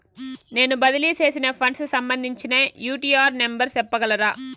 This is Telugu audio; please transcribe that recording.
నేను బదిలీ సేసిన ఫండ్స్ సంబంధించిన యూ.టీ.ఆర్ నెంబర్ సెప్పగలరా